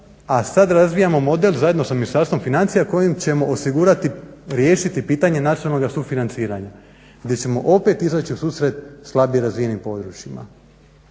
a sada razvijamo model zajedno sa Ministarstvom financija kojim ćemo osigurati i riješiti pitanje nacionalnog sufinanciranja gdje ćemo opet izaći u susret slabije razvijenim područjima.